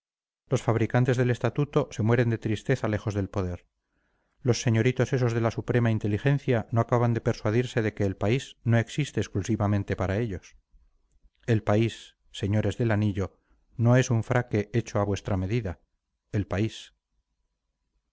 los fabricantes del estatuto se mueren de tristeza lejos del poder los señoritos esos de la suprema inteligencia no acaban de persuadirse de que el país no existe exclusivamente para ellos el país señores del anillo no es un fraque hecho a vuestra medida el país